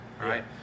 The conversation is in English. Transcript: right